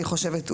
אני חושבת,